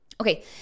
Okay